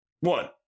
One